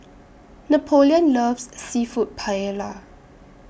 Napoleon loves Seafood Paella